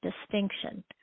distinction